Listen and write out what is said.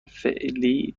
فعلی